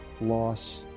loss